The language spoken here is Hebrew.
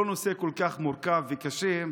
לא נושא כל כך מורכב וקשה,